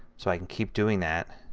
so i can keep doing that